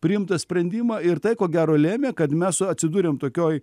priimtą sprendimą ir tai ko gero lėmė kad mes atsidūrėm tokioj